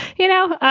you know,